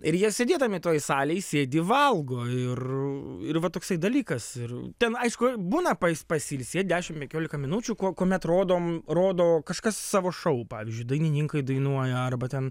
ir jie sėdėdami toj salėj sėdi valgo ir ir va toksai dalykas ir ten aišku būna pasiilsėt dešim penkiolika minučių kuomet rodom rodo kažkas savo šou pavyzdžiui dainininkai dainuoja arba ten